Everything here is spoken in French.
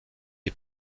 les